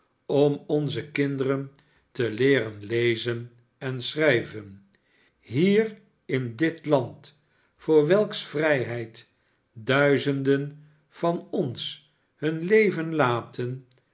om onze kinderen te leeren lezen en schrijven hier in dit land voor welks vrijheid duizenden van ons hun leven laten